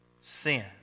sin